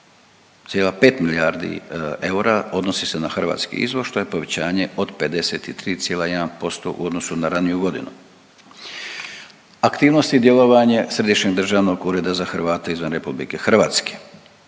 iznosa 2,5 milijardi eura odnosi se na hrvatski izvoz, što je povećanje od 53,1% u odnosu na raniju godinu. Aktivnosti i djelovanje Središnjeg državnog ureda za Hrvate izvan RH koji provodi